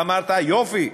אמרת יופי,